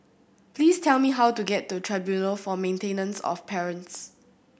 please tell me how to get to Tribunal for Maintenance of Parents